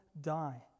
die